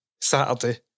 Saturday